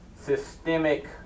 systemic